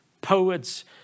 poets